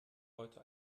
heute